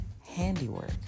handiwork